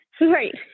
right